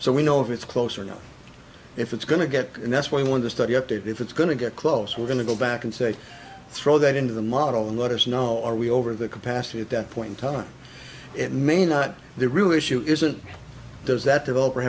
so we know if it's closer know if it's going to get and that's why we want to study up if it's going to get close we're going to go back and say throw that into the model and let us know or we over the capacity at that point in time it may not the real issue isn't does that develop